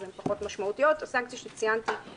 אז הסנקציות שציינתי פחות משמעותיות.